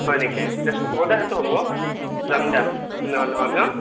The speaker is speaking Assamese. হয় নেকি দিয়াচোন হেইটো হ'ব দিয়া হ'ব যাম দিয়া তেনেহ'লে ন'